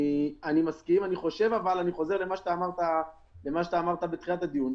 אני מסכים, אני חוזר למה שאמרת בתחילת הדיון.